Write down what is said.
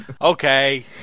Okay